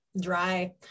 Dry